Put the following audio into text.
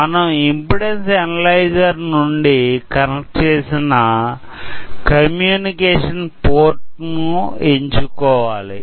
మనము impedance analyser నుంచి connect చేసిన కమ్యూనికేషన్ పోర్ట్ ను ఎంచుకోవాలి